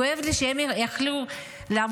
כואב לי שהם יכלו לעבוד.